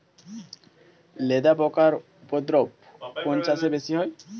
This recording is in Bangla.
লেদা পোকার উপদ্রব কোন চাষে বেশি হয়?